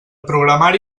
programari